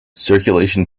circulation